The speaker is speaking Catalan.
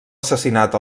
assassinat